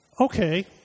okay